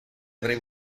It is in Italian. avrei